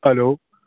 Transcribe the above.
hello